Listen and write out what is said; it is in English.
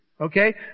Okay